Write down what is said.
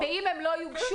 אם הם לא יוגשו,